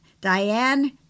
Diane